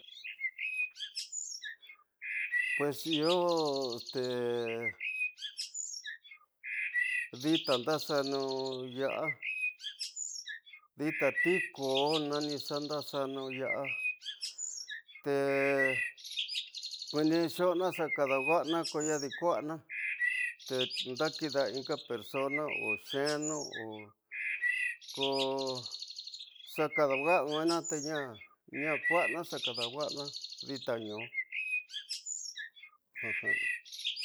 Pues iyo te, dita naxamu yasa, dita ti ko’o nani xa ndaxanu yasa te nuuena xo’oona xa kadawazana ko nadi kusana te ndakida inka persona, o zenu o xo xakada wasa nuuena tena, ña ku'ana xa kada wasana dita ñu.